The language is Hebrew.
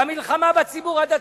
למלחמה בציבור הדתי,